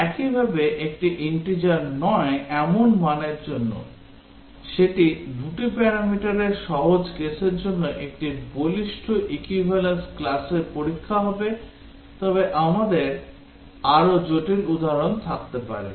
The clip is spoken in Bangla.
একইভাবে একটি integer নয় এমন মানের জন্য সেটি দুটি প্যারামিটারের সহজ কেসের জন্য একটি বলিষ্ঠ শক্তিশালী equivalence classর পরীক্ষা হবে তবে আমাদের আরও জটিল উদাহরণ থাকতে পারে